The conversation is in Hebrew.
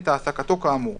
את העסקתו כאמור,